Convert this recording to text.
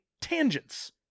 tangents